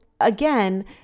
again